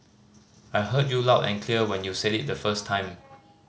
I heard you loud and clear when you said it the first time